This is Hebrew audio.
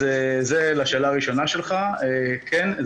אז זה לשאלה הראשונה שלך כן,